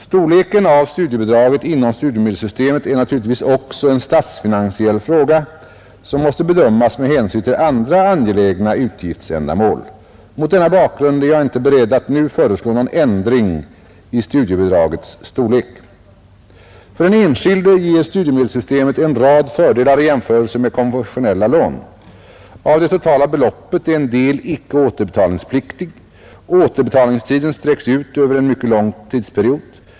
Storleken av studiebidraget inom studiemedelssystemet är naturligtvis också en statsfinansiell fråga som måste bedömas med hänsyn till andra angelägna utgiftsändamål. Mot denna bakgrund är jag inte beredd att nu föreslå någon ändring i studiebidragets storlek. För den enskilde ger studiemedelssystemet en rad fördelar i jämförelse med konventionella lån. Av det totala beloppet är en del icke återbetalningspliktig. Återbetalningstiden sträcks ut över en mycket lång tidsperiod.